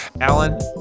Alan